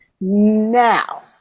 now